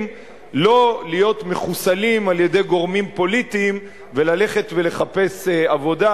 לא להיות מחוסלים על-ידי גורמים פוליטיים וללכת ולחפש עבודה,